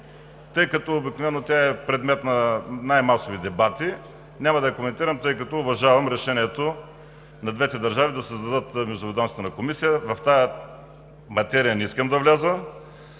тъй като обикновено тя е предмет на най-масови дебати. Няма да я коментирам, тъй като уважавам решението на двете държави да създадат Междуведомствена комисия. В тази материя не искам да навлизам.